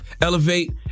elevate